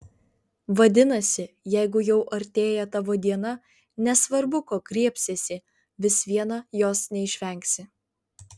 vadinasi jeigu jau artėja tavo diena nesvarbu ko griebsiesi vis viena jos neišvengsi